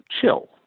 chill